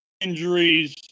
injuries